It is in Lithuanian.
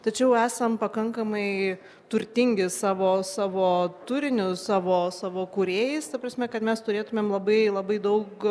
tačiau esam pakankamai turtingi savo savo turiniu savo savo kūrėjais ta prasme kad mes turėtumėm labai labai daug